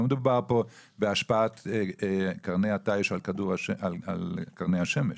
לא מדובר פה בהשפעת קרני התיש על קרני השמש.